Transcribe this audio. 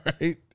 right